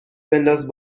بنداز